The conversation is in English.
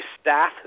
staff